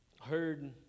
heard